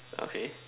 okay